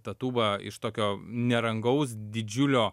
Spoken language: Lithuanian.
ta tūba iš tokio nerangaus didžiulio